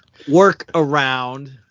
Workaround